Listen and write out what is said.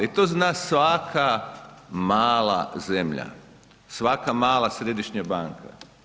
To zna svaka mala zemlja, svaka mala središnja banka.